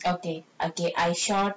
okay okay I shared